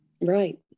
right